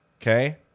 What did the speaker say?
okay